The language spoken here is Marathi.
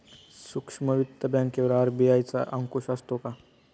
सूक्ष्म वित्त बँकेवर आर.बी.आय चा अंकुश असतो का?